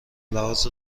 لحاظ